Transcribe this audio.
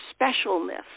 specialness